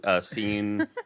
scene